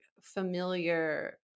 familiar